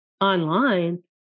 online